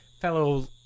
fellow